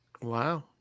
Wow